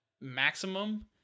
maximum